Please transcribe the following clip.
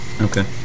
Okay